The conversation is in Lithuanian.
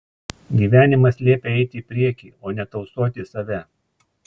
gyvenimas liepia eiti į priekį o ne tausoti save